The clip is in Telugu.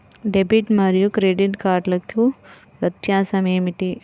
డెబిట్ మరియు క్రెడిట్ కార్డ్లకు వ్యత్యాసమేమిటీ?